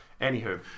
anywho